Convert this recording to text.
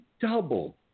double